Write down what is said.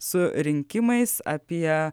su rinkimais apie